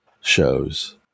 shows